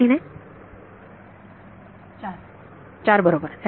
विद्यार्थी 4 4 बरोबर